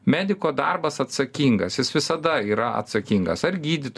mediko darbas atsakingas jis visada yra atsakingas ar gydyt